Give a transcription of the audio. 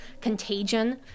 contagion